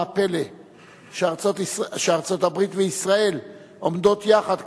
מה הפלא שארצות-הברית וישראל עומדות יחד,